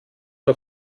der